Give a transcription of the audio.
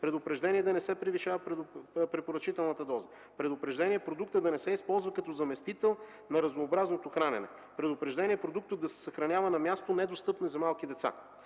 предупреждение да не се превишава препоръчителната доза, предупреждение продуктът да не се използва като заместител на разнообразното хранене, предупреждение продуктът да се съхранява на място, недостъпно за малки деца,